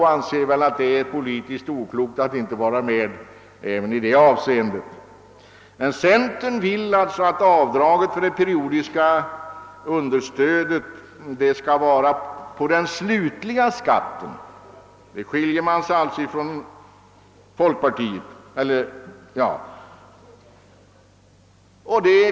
Tydligen anser högern att det är politiskt oklokt att inte vara med även i det fallet. Centern vill emellertid att avdraget för det periodiska understödet skall göras på den slutliga skatten. Där skiljer sig centern från folkpartiet.